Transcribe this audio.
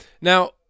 Now